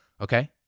okay